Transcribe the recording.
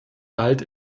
bald